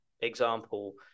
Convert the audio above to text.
example